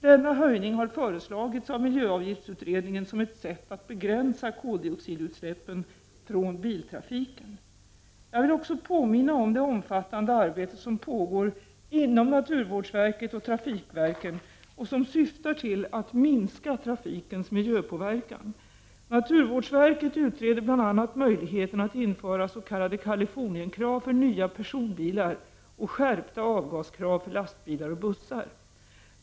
Denna höjning har föreslagits av miljöavgiftsutredningen som ett sätt att begränsa koldioxidutsläppen från biltrafiken. Jag vill också påminna om det omfattande arbete som pågår inom naturvårdsverket och trafikverken och som syftar till att minska trafikens miljöpåverkan. Naturvårdsverket utreder bl.a. möjligheterna att införa s.k. Kalifornienkrav för nya personbilar och skärpta avgaskrav för lastbilar och bussar.